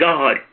God